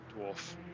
dwarf